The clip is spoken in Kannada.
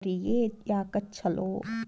ಅಡಿಕೆ ತೋಟಕ್ಕ ಹನಿ ನೇರಾವರಿಯೇ ಯಾಕ ಛಲೋ?